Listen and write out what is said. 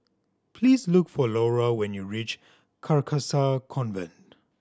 please look for Laura when you reach Carcasa Convent